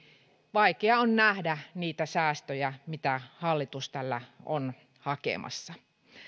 vaikea nähdä niitä säästöjä mitä hallitus tällä on hakemassa